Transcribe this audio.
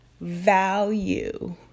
value